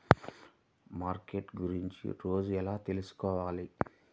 Market గురించి రోజు ఎలా తెలుసుకోవాలి?